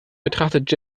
betrachtet